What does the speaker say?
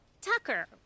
Tucker